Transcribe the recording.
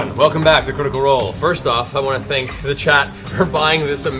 welcome back to critical role. first off, i want to thank the chat for buying this um